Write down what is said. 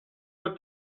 what